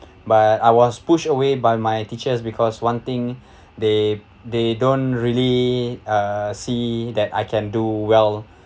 but I was push away by my teachers because one thing they they don't really uh see that I can do well